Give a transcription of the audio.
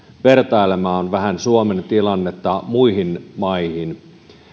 vertailemaan vähän suomen tilannetta muihin maihin